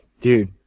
Dude